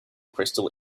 crystal